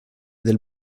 del